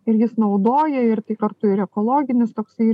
ir jis naudoja ir tai kartu ir ekologinis toksai